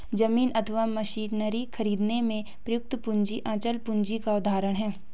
जमीन अथवा मशीनरी खरीदने में प्रयुक्त पूंजी अचल पूंजी का उदाहरण है